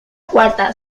cuarta